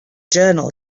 journal